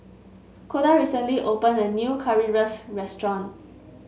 Koda recently opened a new Currywurst restaurant